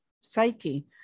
psyche